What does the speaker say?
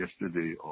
yesterday